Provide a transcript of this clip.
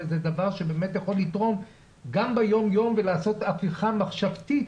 וזה דבר שבאמת יכול לתרום גם ביום-יום ולעשות הפיכה מחשבתית